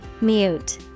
mute